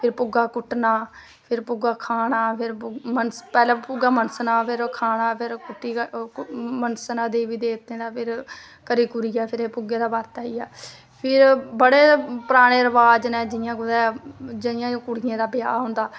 फिर भुग्गा कुट्टना फिर भुग्गा खाना फैह्लैं भुग्गा मनसना फिर खाना फिर मनसना देवी देवतें दा फिर करी कुरियै फिर भुग्गे दा बरत आईया फिर बड़े पराने रवाज़ नै जियां जुदै जियां कुड़ियें दा ब्याह् होंदा